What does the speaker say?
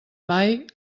mai